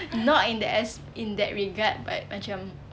not in the as~ in that regard but macam